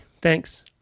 Thanks